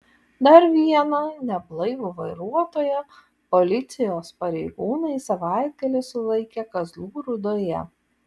dar vieną neblaivų vairuotoją policijos pareigūnai savaitgalį sulaikė kazlų rūdoje